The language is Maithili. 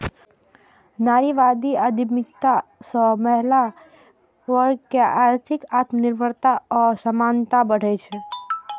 नारीवादी उद्यमिता सं महिला वर्ग मे आर्थिक आत्मनिर्भरता आ समानता बढ़ै छै